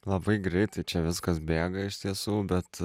labai greitai čia viskas bėga iš tiesų bet